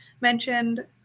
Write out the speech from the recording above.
mentioned